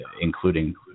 including